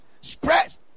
spread